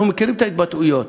אנחנו מכירים את ההתבטאויות